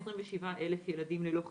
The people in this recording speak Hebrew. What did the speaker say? יש 127 אלף ילדים ללא חיסון,